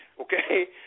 okay